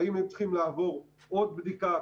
האם הם צריכים לעבור עוד בדיקה,